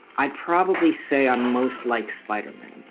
i'd probably say i'm most like spiderman.